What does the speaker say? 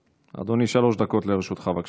אדוני, שלוש דקות לרשותך, בבקשה.